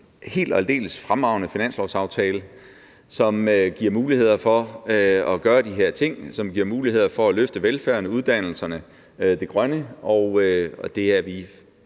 helt og aldeles fremragende finanslovsaftale, som giver muligheder for at gøre de her ting, som giver muligheder for at løfte velfærden, uddannelserne og det grønne, og det er vi